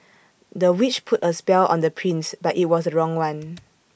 the witch put A spell on the prince but IT was the wrong one